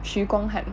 许光汉